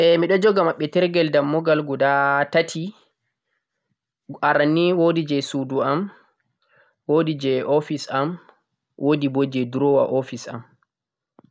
Miɗon joga maɓɓetirgel dammugal gudaa tati, aranyi wodi je sudu am, wodi je office am wodi boo je drowa office am